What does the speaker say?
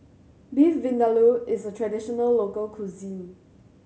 Beef Vindaloo is a traditional local cuisine